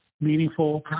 meaningful